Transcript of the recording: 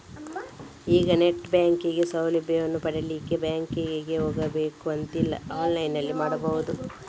ಈಗ net banking ಸೌಲಭ್ಯವನ್ನು ಪಡೀಲಿಕ್ಕೆ ಬ್ಯಾಂಕಿಗೆ ಹೋಗ್ಬೇಕು ಅಂತಿಲ್ಲ ಆನ್ಲೈನಿನಲ್ಲಿ ಮಾಡ್ಬಹುದು